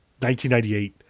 1998